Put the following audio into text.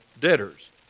debtors